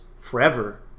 forever